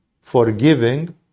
forgiving